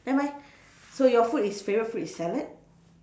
never mind so your food is favourite food is salad